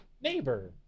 neighbor